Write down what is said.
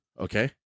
okay